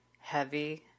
heavy